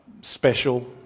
special